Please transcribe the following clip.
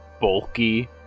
bulky